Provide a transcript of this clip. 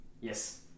Yes